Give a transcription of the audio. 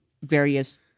various